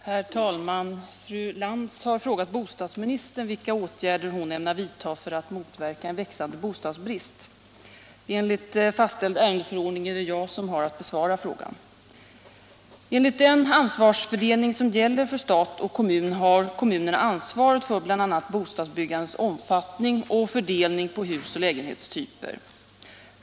Herr talman! Fru Lantz har frågat bostadsministern vilka åtgärder hon ämnar vidta för att motverka en växande bostadsbrist. Enligt fastställd ärendefördelning är det jag som har att besvara frågan. Enligt den ansvarsfördelning som gäller för stat och kommun har kommunerna ansvaret för bl.a. bostadsbyggandets omfattning och fördelning på husoch lägenhetstyper.